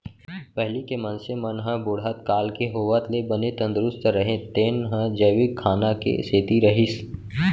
पहिली के मनसे मन ह बुढ़त काल के होवत ले बने तंदरूस्त रहें तेन ह जैविक खाना के सेती रहिस